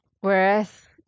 Whereas